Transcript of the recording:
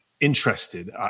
interested